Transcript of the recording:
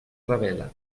revela